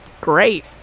great